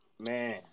Man